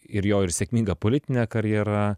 ir jo ir sėkminga politinė karjera